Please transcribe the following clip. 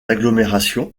agglomérations